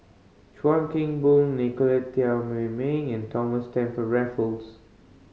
Chuan Keng Boon Nicolette Teo Wei Min and Thomas Stamford Raffles